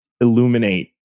illuminate